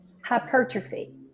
hypertrophy